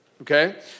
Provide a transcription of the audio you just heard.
okay